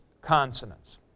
consonants